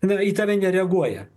na į tave nereaguoja